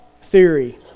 theory